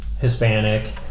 hispanic